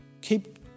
Keep